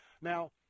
Now